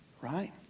Right